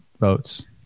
votes